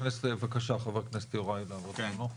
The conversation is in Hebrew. בקשה, חבר הכנסת יוראי להב הרצנו.